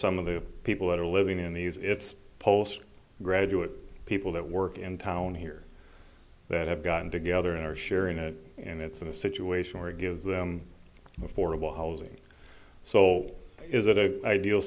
some of the people that are living in these it's post graduate people that work in town here that have gotten together and are sharing it and it's in a situation where it gives them affordable housing so is it a ideal